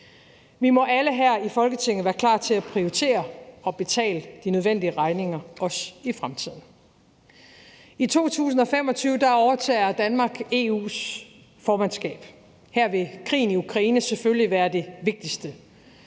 Vi må alle her i Folketinget være klar til at prioritere og betale de nødvendige regninger, også i fremtiden. I 2025 overtager Danmark EU's formandskab. Her vil krigen i Ukraine selvfølgelig være det vigtigste